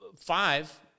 five